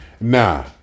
Nah